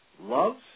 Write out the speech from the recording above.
loves